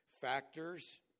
factors